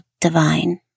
divine